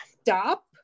Stop